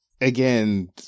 again